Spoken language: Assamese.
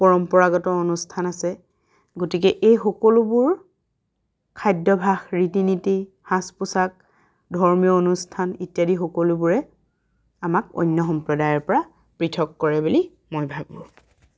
পৰম্পৰাগত অনুষ্ঠান আছে গতিকে এই সকলোবোৰ খাদ্যভাস ৰীতি নীতি সাজ পোচাক ধৰ্মীয় অনুষ্ঠান ইত্যাদি সকলোবোৰে আমাক অন্য সম্প্ৰদায়ৰ পৰা পৃথক কৰে বুলি মই ভাবোঁ